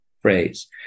phrase